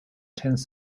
tends